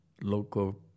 local